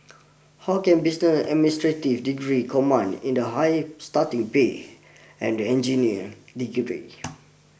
how can business administrative degree command in the high starting pay and the engineer degree